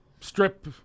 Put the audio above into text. strip